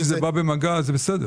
אם זה בא במגע זה בסדר.